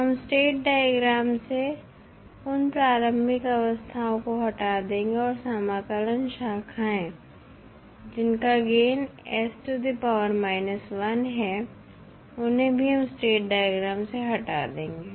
हम state diagram से उन प्रारंभिक अवस्थाओं को हटा देंगे और समाकलन शाखाएं जिनका गेन है उन्हें भी हम स्टेट डायग्राम से हटा देंगे